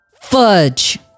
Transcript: Fudge